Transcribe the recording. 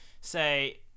Say